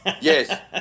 Yes